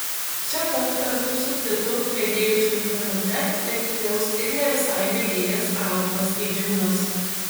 čia pat kartu su titu mėgėjų čempionate lenktyniaus ir ne visai mėgėjas aurimas eidžiūnas